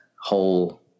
whole